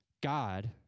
God